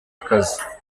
akazi